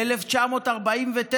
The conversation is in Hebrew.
ב-1949,